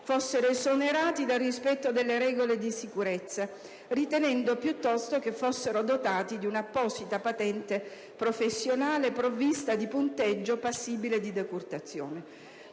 fossero esonerati dal rispetto delle regole di sicurezza, ritenendo piuttosto che fossero dotati di un'apposita patente professionale provvista di punteggio passibile di decurtazione.